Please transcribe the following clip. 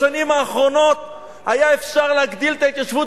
בשנים האחרונות היה אפשר להגדיל את ההתיישבות